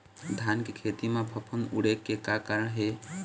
धान के खेती म फफूंद उड़े के का कारण हे?